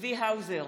צבי האוזר,